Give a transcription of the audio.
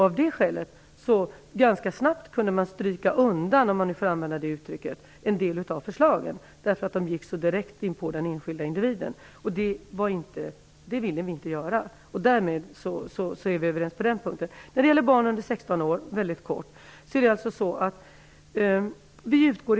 Av det skälet, dvs. på grund av att de gick så direkt inpå den enskilde individen, kunde en del av förslagen ganska snabbt så att säga strykas undan. Detta ville vi inte. Vi är alltså överens på den punkten. Sedan skall jag säga något väldigt kort om barn under 16 år.